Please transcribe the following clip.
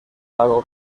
lago